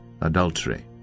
adultery